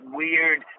weird